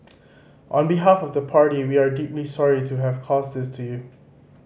on behalf of the party we are deeply sorry to have caused this to you